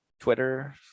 Twitter